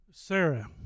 Sarah